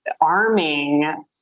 arming